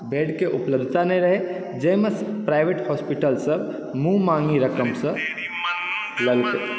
बेडके उपलब्धता नहि रहै जाहिमे प्राइवेट हॉस्पिटल सब मुँहमाँगी रकमसँ लेलकै